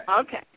Okay